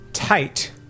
tight